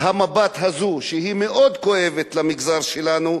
המבט הזאת, שהיא מאוד כואבת למגזר שלנו,